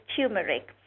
turmeric